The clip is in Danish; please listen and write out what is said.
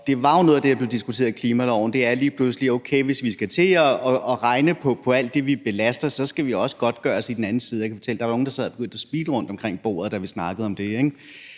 Det var jo noget af det, der blev diskuteret i forbindelse med klimaloven, nemlig at okay, hvis vi pludselig skal til at regne på alt det, vi belaster, skal vi også godtgøres på den anden side. Jeg kan fortælle, at der var nogle, der sad og begyndte at smile rundt omkring bordet, da vi snakkede om det.